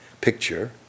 picture